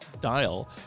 dial